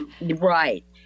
Right